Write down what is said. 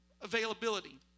availability